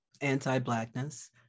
anti-Blackness